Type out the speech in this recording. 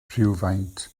rhywfaint